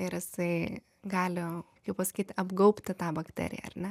ir jisai gali kaip pasakyt apgaubti tą bakteriją ar ne